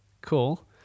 cool